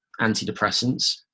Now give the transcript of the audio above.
antidepressants